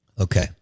Okay